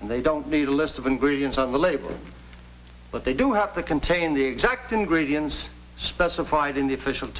and they don't need a list of ingredients on the label but they do have to contain the exact ingredients specified in the official